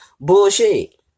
Bullshit